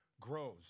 Grows